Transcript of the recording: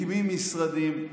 מקימים משרדים.